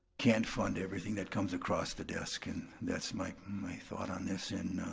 can't fund everything that comes across the desk, and that's my my thought on this, and,